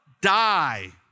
die